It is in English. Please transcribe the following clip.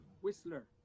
Whistler